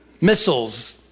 Missiles